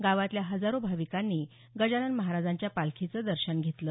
गावातल्या हजारो भाविकांनी गजानन महाराजांच्या पालखीचं दर्शन घेतलं